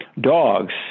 dogs